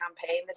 campaign